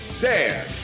dan